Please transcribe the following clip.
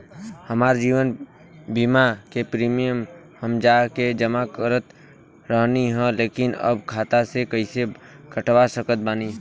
हमार जीवन बीमा के प्रीमीयम हम जा के जमा करत रहनी ह लेकिन अब खाता से कइसे कटवा सकत बानी?